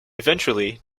eventually